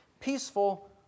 peaceful